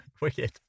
Wicked